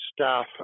staff